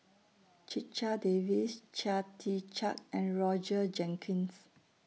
Checha Davies Chia Tee Chiak and Roger Jenkins